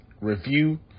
review